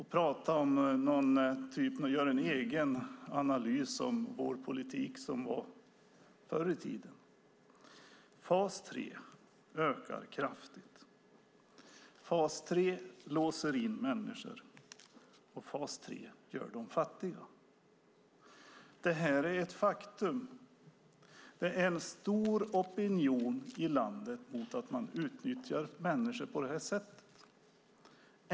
Hon gör en egen analys av vår politik förr i tiden. Fas 3 ökar kraftigt, fas 3 låser in människor och fas 3 gör dem fattiga. Det är ett faktum. Det finns en stor opinion i landet mot att man utnyttjar människor på detta sätt.